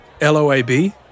L-O-A-B